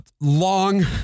long